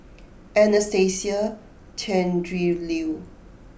Anastasia Tjendri Liew